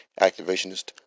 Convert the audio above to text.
activationist